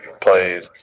played